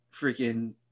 freaking